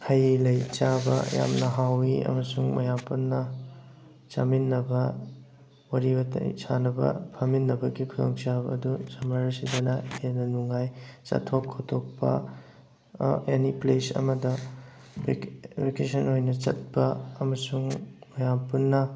ꯍꯩ ꯂꯩ ꯆꯥꯕ ꯌꯥꯝꯅ ꯍꯥꯎꯋꯤ ꯑꯃꯁꯨꯡ ꯃꯌꯥꯝ ꯄꯨꯟꯅ ꯆꯥꯃꯤꯟꯅꯕ ꯋꯥꯔꯤ ꯋꯥꯇꯥꯏ ꯁꯥꯟꯅꯕ ꯐꯝꯃꯤꯟꯅꯕꯒꯤ ꯈꯨꯗꯣꯡꯆꯥꯕ ꯑꯗꯨ ꯁꯝꯃꯔꯁꯤꯗꯅ ꯍꯦꯟꯅ ꯅꯨꯡꯉꯥꯏ ꯆꯠꯊꯣꯛ ꯈꯣꯇꯣꯛꯄ ꯑꯦꯅꯤ ꯄ꯭ꯂꯦꯁ ꯑꯃꯗ ꯚꯦꯀꯦꯁꯟ ꯑꯣꯏꯅ ꯆꯠꯄ ꯑꯃꯁꯨꯡ ꯃꯌꯥꯝ ꯄꯨꯟꯅ